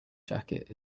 jacket